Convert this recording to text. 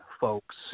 folks